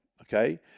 okay